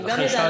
הוא גם ידע.